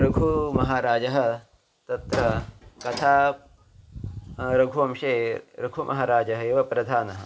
रघुः महाराजः तत्र कथा रघुवंशे रघुमहाराजः एव प्रधानः